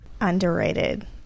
Underrated